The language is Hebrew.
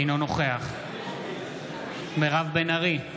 אינו נוכח מירב בן ארי,